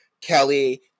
Kelly